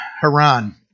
Haran